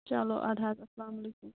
چلو اَدٕ حظ اَسلام علیکُم